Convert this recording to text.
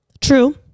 True